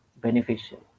beneficial